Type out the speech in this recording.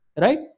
right